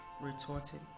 retorted